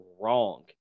wrong